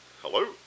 Hello